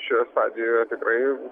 šioje stadijoje tikrai